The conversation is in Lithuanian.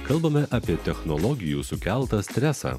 kalbame apie technologijų sukeltą stresą